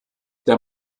der